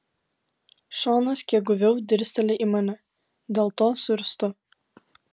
šonas kiek guviau dirsteli į mane dėl to suirztu